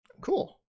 Cool